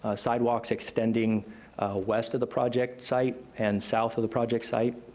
ah sidewalks extending west of the project site and south of the project site.